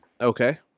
okay